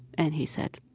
and he said.